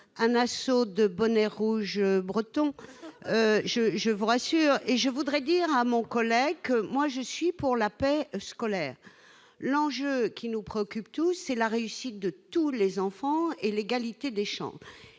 un assaut de bonnets rouges bretons ! Je voudrais dire à mon collègue Pierre Ouzoulias que je suis pour la paix scolaire : l'enjeu qui nous préoccupe tous, c'est la réussite de tous les enfants et l'égalité des chances